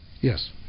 Yes